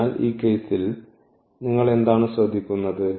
അതിനാൽ ഈ കേസിൽ നിങ്ങൾ എന്താണ് ശ്രദ്ധിക്കുന്നത്